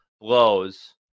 blows